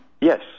Yes